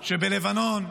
שבלבנון,